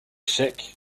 sick